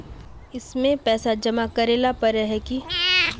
इसमें पैसा जमा करेला पर है की?